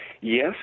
Yes